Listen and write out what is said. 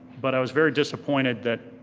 but i was very disappointed that